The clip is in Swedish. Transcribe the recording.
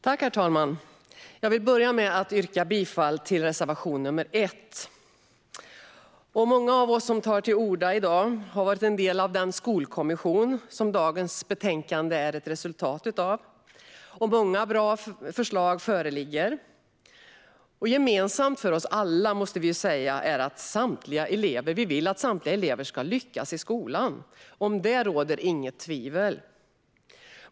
Herr talman! Jag vill börja med att yrka bifall till reservation nr 1. Många av oss som tar till orda i dag har varit en del av den skolkommission som dagens betänkande är ett resultat av. Många bra förslag föreligger. Gemensamt för oss alla, måste vi säga, är att vi vill att samtliga elever ska lyckas i skolan. Om detta råder inget tvivel.